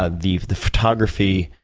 ah the the photography,